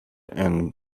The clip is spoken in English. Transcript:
and